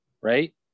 Right